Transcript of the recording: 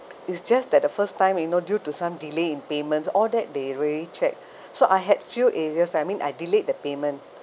is just that the first time you know due to some delayed in payments all that they really check so I had few areas I mean I delayed the payment